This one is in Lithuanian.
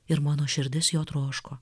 ir mano širdis jo troško